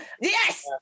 Yes